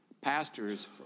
pastors